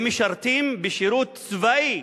הם משרתים שירות צבאי.